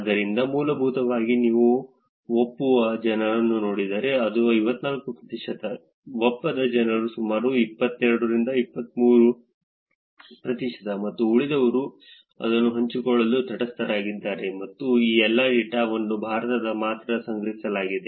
ಆದ್ದರಿಂದ ಮೂಲಭೂತವಾಗಿ ನೀವು ಒಪ್ಪುವ ಜನರನ್ನು ನೋಡಿದರೆ ಅದು 54 ಪ್ರತಿಶತ ಒಪ್ಪದ ಜನರು ಸುಮಾರು 22 23 ಪ್ರತಿಶತ ಮತ್ತು ಉಳಿದವರು ಅದನ್ನು ಹಂಚಿಕೊಳ್ಳಲು ತಟಸ್ಥರಾಗಿದ್ದಾರೆ ಮತ್ತು ಈ ಎಲ್ಲಾ ಡೇಟಾವನ್ನು ಭಾರತದಲ್ಲಿ ಮಾತ್ರ ಸಂಗ್ರಹಿಸಲಾಗಿದೆ